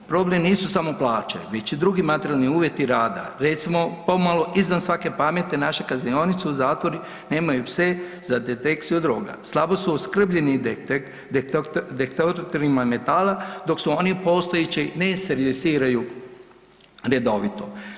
Problem nisu samo plaće već i drugi materijalni uvjeti rada, recimo pomalo izvan svake pameti naše kaznionice i zatvori nemaju pse za detekciju droga, slabo su opskrbljeni detektorima metala dok se oni postojeći ne servisiraju redovito.